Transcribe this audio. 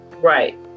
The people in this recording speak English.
right